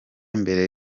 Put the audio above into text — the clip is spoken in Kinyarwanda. mbere